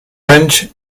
anys